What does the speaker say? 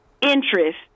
interest